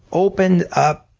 opened up